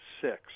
six